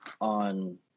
on